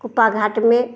कुप्पा घाट में